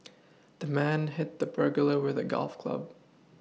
the man hit the burglar with a golf club